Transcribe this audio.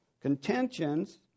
contentions